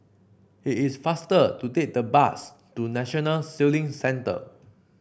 it is faster to take the bus to National Sailing Centre